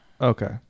Okay